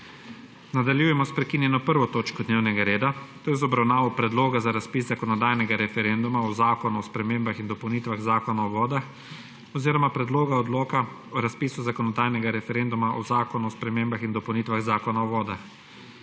**Nadaljujemo s prekinjeno****1. točko dnevnega reda, to je z obravnavo Predloga za razpis zakonodajnega referenduma o Zakonu o spremembah in dopolnitvah Zakona o vodah oziroma Predloga odloka o razpisu zakonodajnega referenduma o Zakonu o spremembah in dopolnitvah Zakona o vodah.**